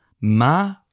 Ma